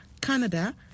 Canada